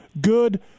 good